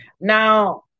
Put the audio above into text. Now